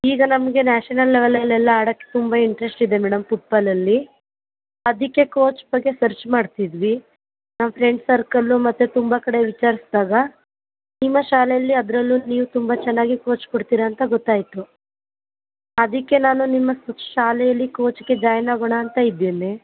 ಈಗ ನಮಗೆ ನ್ಯಾಷನಲ್ ಲೆವೆಲೆಲ್ಲಿ ಎಲ್ಲ ಆಡೋಕೆ ತುಂಬ ಇಂಟ್ರೆಸ್ಟ್ ಇದೆ ಮೇಡಮ್ ಫುಟ್ಬಾಲಲ್ಲಿ ಅದಕ್ಕೆ ಕೋಚ್ ಬಗ್ಗೆ ಸರ್ಚ್ ಮಾಡ್ತಿದ್ವಿ ನಾವು ಫ್ರೆಂಡ್ ಸರ್ಕಲ್ಲು ಮತ್ತೆ ತುಂಬ ಕಡೆ ವಿಚಾರ್ಸ್ದಾಗ ನಿಮ್ಮ ಶಾಲೆಯಲ್ಲಿ ಅದರಲ್ಲೂ ನೀವು ತುಂಬ ಚೆನ್ನಾಗಿ ಕೋಚ್ ಕೊಡ್ತೀರ ಅಂತ ಗೊತ್ತಾಯಿತು ಅದಕ್ಕೆ ನಾನು ನಿಮ್ಮ ಶಾಲೆಯಲ್ಲಿ ಕೋಚ್ಗೆ ಜಾಯ್ನ್ ಆಗೋಣ ಅಂತ ಇದ್ದೇನೆ